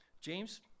James